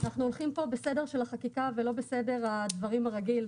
אנחנו הולכים פה בסדר של החקיקה ולא בסדר הדברים הרגיל,